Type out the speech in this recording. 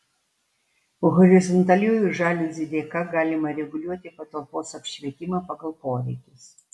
horizontaliųjų žaliuzių dėka galima reguliuoti patalpos apšvietimą pagal poreikius